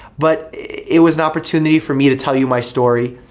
but it was an opportunity for me to tell you my story.